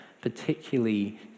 particularly